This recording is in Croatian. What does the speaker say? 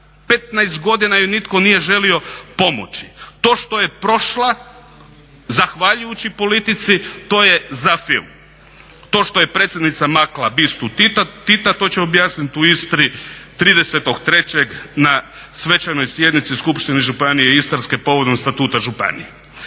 15 godina ju nitko nije želio pomoći. To što je prošla zahvaljujući politici to je za film. To što je predsjednica makla bistu Tita to će objasniti u Istri 30.3. na svečanoj sjednici Skupštine Županije Istarske povodom statuta županije.